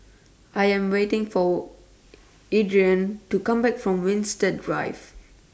I Am waiting For Iridian to Come Back from Winstedt Drive